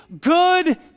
good